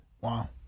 Wow